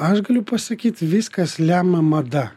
aš galiu pasakyti viskas lemia mada